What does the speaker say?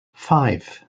five